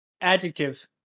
Adjective